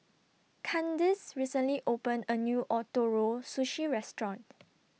Kandice recently opened A New Ootoro Sushi Restaurant